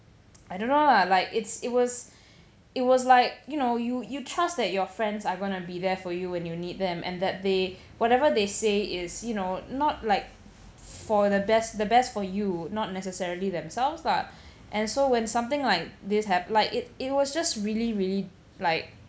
I don't know lah like it's it was it was like you know you you trust that your friends are gonna be there for you when you need them and that they whatever they say is you know not like for the best the best for you not necessarily themselves lah and so when something like this have liked it it was just really really like